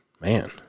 Man